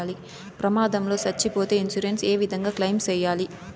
ప్రమాదం లో సచ్చిపోతే ఇన్సూరెన్సు ఏ విధంగా క్లెయిమ్ సేయాలి?